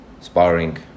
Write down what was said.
sparring